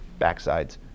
backsides